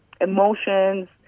emotions